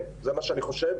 זה מה שאני חושב.